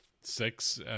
six